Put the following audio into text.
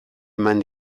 eman